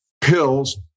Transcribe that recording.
pills